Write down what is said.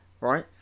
right